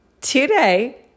today